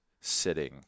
sitting